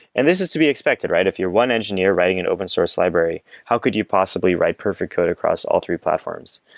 and this is to be expected, right? if your one engineer writing an open-source library, how could you possibly write perfect code across all three platforms?